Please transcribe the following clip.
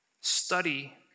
Study